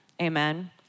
Amen